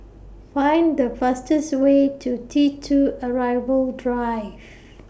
Find The fastest Way to T two Arrival Drive